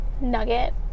nugget